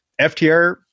FTR